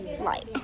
light